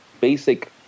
basic